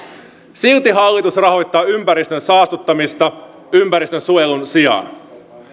silti hallitus rahoittaa ympäristön saastuttamista ympäristönsuojelun sijaan